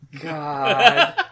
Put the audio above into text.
god